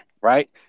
right